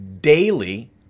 daily